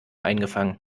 eingefangen